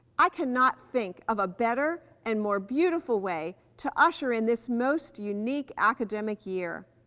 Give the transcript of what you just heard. i cannot think of a better and more beautiful way to usher in this most unique academic year.